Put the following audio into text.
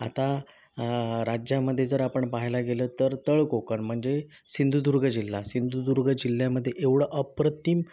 आता राज्यामध्ये जर आपण पहायला गेलं तर तळकोकण म्हणजे सिंधुदुर्ग जिल्हा सिंधुदुर्ग जिल्ह्यामध्ये एवढं अप्रतिम